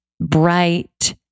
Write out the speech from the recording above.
bright